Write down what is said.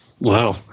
Wow